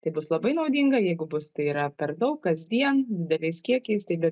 tai bus labai naudinga jeigu bus tai yra per daug kasdien dideliais kiekiais tai be